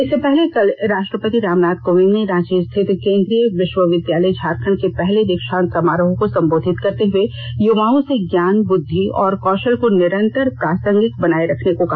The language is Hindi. इससे पहले कल राष्ट्रपति रामनाथ कोविंद ने रांची रिथत केन्द्रीय विष्वविद्यालय झारखंड के पहले दीक्षांत समारोह को संबोधित करते हुए युवाओं से ज्ञान बुद्धि और कौषल को निरंतर प्रासंगिक बनाये रखने को कहा